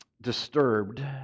disturbed